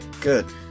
Good